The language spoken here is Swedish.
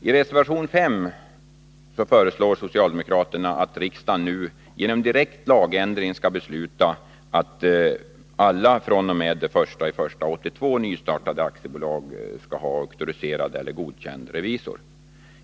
I reservation 5 föreslår socialdemokraterna att riksdagen nu genom direkt lagändring skall besluta att alla fr.o.m. den 1 januari 1982 nystartade aktiebolag skall ha auktoriserad eller godkänd revisor.